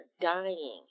dying